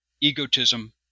egotism